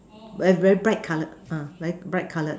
very very bright colored ah very bright colored